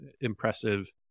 impressive